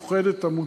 שם,